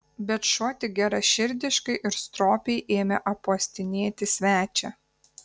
bet šuo tik geraširdiškai ir stropiai ėmė apuostinėti svečią